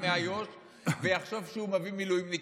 מאיו"ש ויחשוב שהוא מביא מילואימניקים,